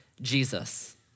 Jesus